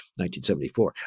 1974